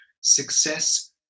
success